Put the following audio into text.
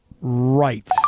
right